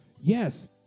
Yes